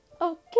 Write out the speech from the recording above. Okay